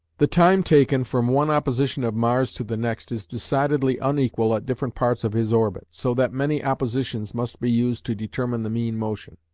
the time taken from one opposition of mars to the next is decidedly unequal at different parts of his orbit, so that many oppositions must be used to determine the mean motion.